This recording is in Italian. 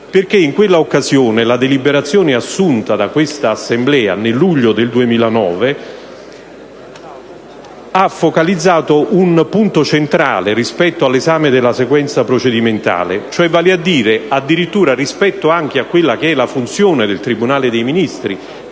perché in quell'occasione la deliberazione assunta da questa Assemblea (luglio 2009) ha focalizzato un punto centrale rispetto all'esame della sequenza procedimentale, vale a dire rispetto addirittura alla funzione del tribunale dei Ministri